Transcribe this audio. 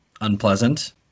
unpleasant